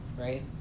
right